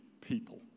people